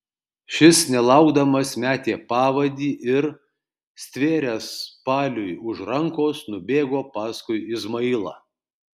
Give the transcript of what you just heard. šis nelaukdamas metė pavadį ir stvėręs paliui už rankos nubėgo paskui izmailą